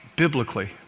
biblically